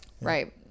Right